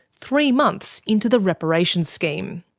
three months into the reparations scheme.